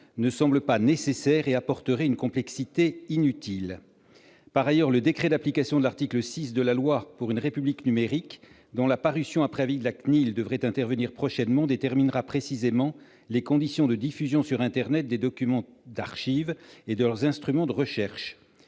ne semble pas nécessaire et apporterait une complexité inutile par ailleurs, le décret d'application de l'article 6 de la loi pour une République numérique dont la parution après avis de la CNIL devrait intervenir prochainement déterminera précisément les conditions de diffusion sur internet, des documents d'archives et de leurs instruments de recherche